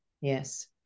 Yes